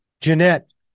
Jeanette